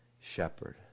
shepherd